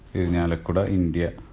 irinjalakuda, india